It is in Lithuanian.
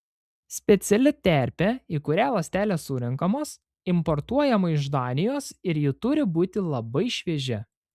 speciali terpė į kurią ląstelės surenkamos importuojama iš danijos ir ji turi būti labai šviežia